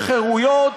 בחירויות